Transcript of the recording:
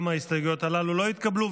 גם ההסתייגויות הללו לא התקבלו.